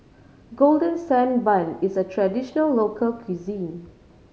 Golden Sand Bun is a traditional local cuisine